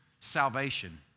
salvation